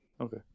okay